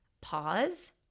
pause